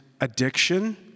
addiction